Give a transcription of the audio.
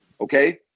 Okay